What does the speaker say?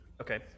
Okay